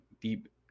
deep